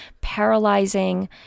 paralyzing